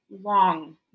long